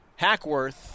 Hackworth